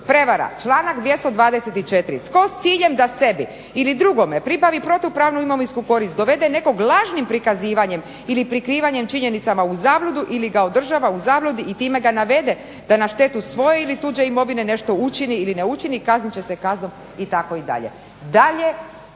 Prevara. Članak 224. Tko s ciljem da sebi ili drugome pribavi protupravnu imovinsku korist dovede nekog lažnim prikazivanjem ili prikrivanjem činjenicama u zabludu ili ga održava u zabludi i time ga navede da na štetu svoje ili tuđe imovine nešto učini ili ne učini kaznit će se kaznom itd. Dalje